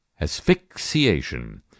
asphyxiation